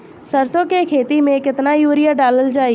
सरसों के खेती में केतना यूरिया डालल जाई?